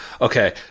Okay